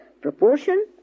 proportion